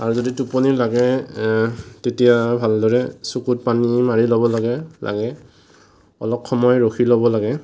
আৰু যদি টোপনী লাগে তেতিয়া ভালদৰে চকুত পানী মাৰি ল'ব লাগে লাগে অলপ সময় ৰখি ল'ব লাগে